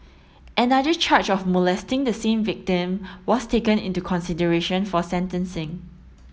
another charge of molesting the same victim was taken into consideration for sentencing